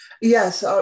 Yes